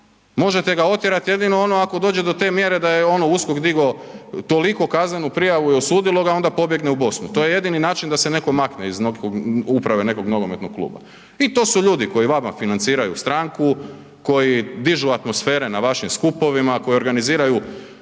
Možete ga otjerat jedino ono ako dođe do te mjere da je ono USKOK digao toliko kaznenu prijavu i osudilo ga a onda pobjegne u Bosnu, to je jedini način da se neko makne iz uprave nekog nogometnog kluba i to su ljudi koji vama financiraju stranku, koji dižu atmosfere na vašim skupovima, koji organiziraju